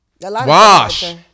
Wash